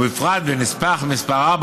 ובפרט בנספח מס' 4,